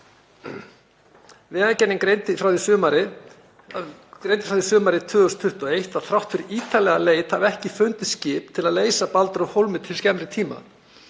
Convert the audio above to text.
Vegagerðin greindi frá því sumarið 2021 að þrátt fyrir ítarlega leit hafi ekki fundist skip til að leysa Baldur af hólmi til skemmri tíma.